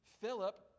Philip